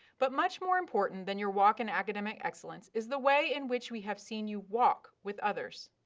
but much more important than your walk in academic excellence is the way in which we have seen you walk with others.